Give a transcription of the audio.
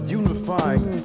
unifying